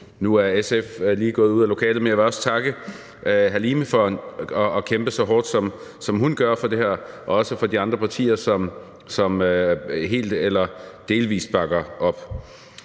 ordfører lige gået ud af salen, men jeg vil også takke Halime Oguz for at kæmpe så hårdt, som hun gør, og også takke de andre partier, som helt eller delvis bakker det